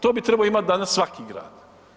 To bi trebao imat danas svaki grad.